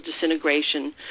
disintegration